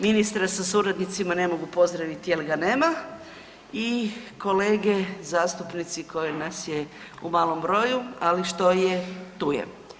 Ministra sa suradnicima ne mogu pozdraviti jel ga nema i kolege zastupnici koje nas je u malom broju, ali što je tu je.